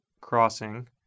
crossing